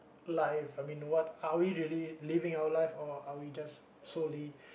life I mean what are we really living our life or are we just solely